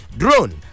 drone